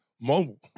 Mobile